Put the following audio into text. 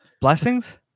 Blessings